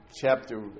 Chapter